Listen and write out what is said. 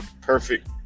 perfect